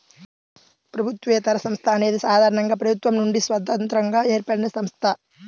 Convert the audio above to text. ప్రభుత్వేతర సంస్థ అనేది సాధారణంగా ప్రభుత్వం నుండి స్వతంత్రంగా ఏర్పడినసంస్థ